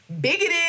bigoted